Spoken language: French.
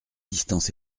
distance